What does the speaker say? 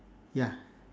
ya